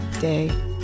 day